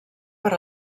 per